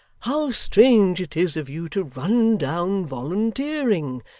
how strange it is of you to run down volunteering,